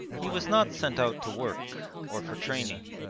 he was not sent out to work, or for training.